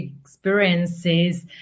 experiences